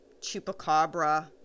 Chupacabra